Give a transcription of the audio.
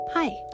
Hi